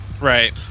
right